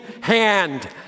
hand